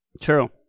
True